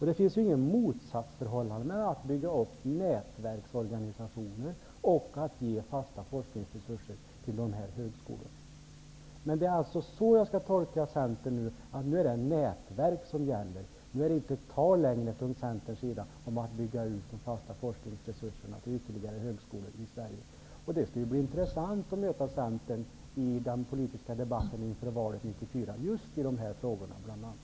Det finns ju inget motsatsförhållande i att bygga upp nätverksorganisationer och att ge fasta forskningsresurser till dessa högskolor. Men det är alltså så man nu skall tolka Centern, att det nu är nätverk som gäller. Från Centerns sida är det nu inte längre tal om att bygga ut de fasta forskningsresurserna till ytterligare högskolor i Det skulle vara intressant att få möta Centern i den politiska debatten inför valet 1994 i just dessa frågor bl.a.